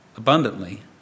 abundantly